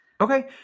Okay